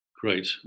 Great